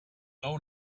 own